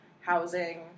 housing –